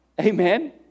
Amen